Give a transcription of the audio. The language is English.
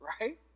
right